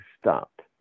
stopped